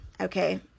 okay